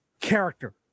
character